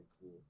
cool